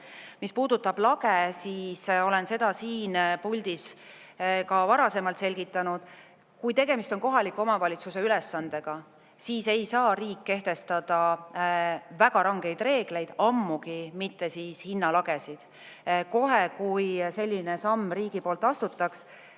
ole. Mis puudutab lage, siis olen seda siin puldis ka varasemalt selgitanud. Kui tegemist on kohaliku omavalitsuse ülesandega, siis ei saa riik kehtestada väga rangeid reegleid, ammugi mitte hinnalagesid. Kohe, kui riik sellise sammu astuks